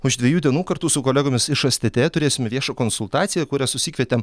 už dviejų dienų kartu su kolegomis iš stt turėsime viešą konsultaciją kurią susikvietėm